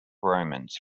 romans